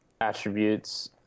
attributes